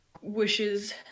wishes